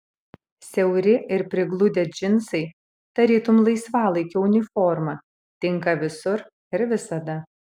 siauri ir prigludę džinsai tarytum laisvalaikio uniforma tinka visur ir visada